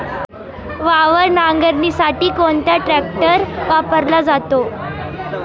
वावर नांगरणीसाठी कोणता ट्रॅक्टर वापरला जातो?